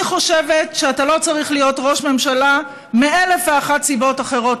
אני חושבת שאתה לא צריך להיות ראש ממשלה מאלף ואחת סיבות אחרות,